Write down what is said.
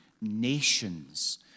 nations